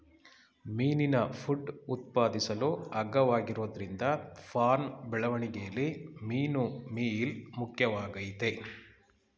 ಮೀನಿನ ಫುಡ್ ಉತ್ಪಾದಿಸಲು ಅಗ್ಗವಾಗಿರೋದ್ರಿಂದ ಫಾರ್ಮ್ ಬೆಳವಣಿಗೆಲಿ ಮೀನುಮೀಲ್ ಮುಖ್ಯವಾಗಯ್ತೆ